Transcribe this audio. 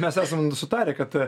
mes esam sutarę kad